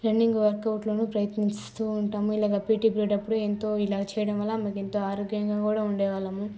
running వర్కౌట్లను ప్రయత్నిస్తు ఉంటాము ఇలాగ పీటీ పీరియడ్ అప్పుడు ఎంతో ఇలా చేయడం వల్ల మాకెంతో ఆరోగ్యంగా కూడా ఉండేవాళ్ళము